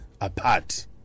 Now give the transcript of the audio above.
apart